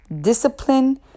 discipline